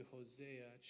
Hosea